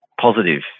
positive